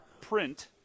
print